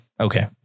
okay